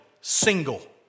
single